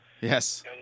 Yes